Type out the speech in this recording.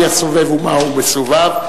שהוא חבר סיעתך: תמיד השאלה מהו הסובב ומהו מסובב,